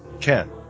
Ken